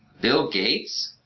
bill gates?